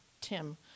tim